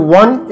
one